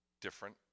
different